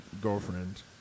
girlfriend